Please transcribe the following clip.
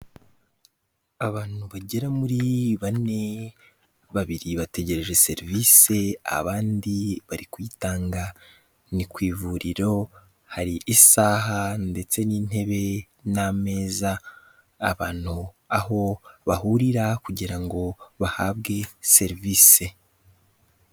Abantu bagera muri bane, babiri bategereje serivisi, abandi bari kuyitanga. Ni ku ivuriro hari isaha ndetse n'intebe n'ameza abantu aho bahurira kugira ngo bahabwe serivisi.